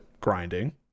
grinding